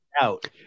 out